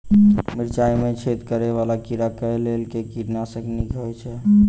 मिर्चाय मे छेद करै वला कीड़ा कऽ लेल केँ कीटनाशक नीक होइ छै?